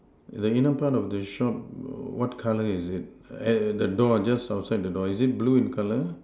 the inner part of the shop what colour is it eh the door just outside the door is it blue in colour